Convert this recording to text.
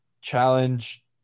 challenge